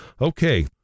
Okay